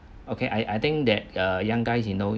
okay I I think that uh young guys you know